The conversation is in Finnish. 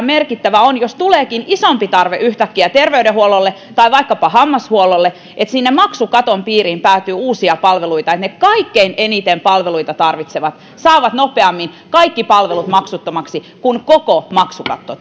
merkittävää on että jos tuleekin yhtäkkiä isompi tarve terveydenhuollolle tai vaikkapa hammashuollolle niin maksukaton piiriin päätyy uusia palveluita ja kaikkein eniten palveluita tarvitsevat saavat nopeammin kaikki palvelut maksuttomiksi kun koko maksukatto